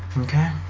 okay